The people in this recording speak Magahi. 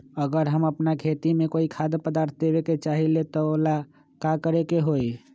अगर हम अपना खेती में कोइ खाद्य पदार्थ देबे के चाही त वो ला का करे के होई?